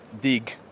dig